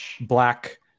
Black